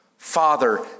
Father